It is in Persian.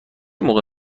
موقع